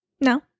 No